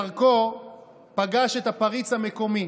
בדרכו פגש את הפריץ המקומי